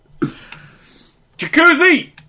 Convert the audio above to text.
Jacuzzi